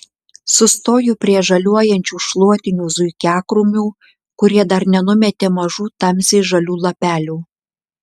sustoju prie žaliuojančių šluotinių zuikiakrūmių kurie dar nenumetė mažų tamsiai žalių lapelių